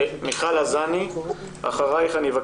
מיכל עזאני, בבקשה.